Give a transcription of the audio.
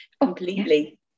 completely